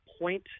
point